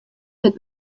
wurdt